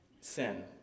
sin